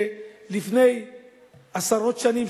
ולפני עשרות שנים,